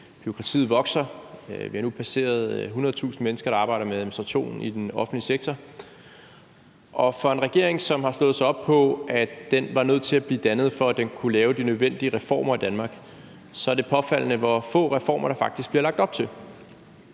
bureaukratiet vokser. Vi har nu passeret 100.000 mennesker, der arbejder med administration i den offentlige sektor. For en regering, som har slået sig op på, at den var nødt til at blive dannet, for at den kunne lave de nødvendige reformer i Danmark, er det påfaldende, hvor få reformer der faktisk bliver lagt op til.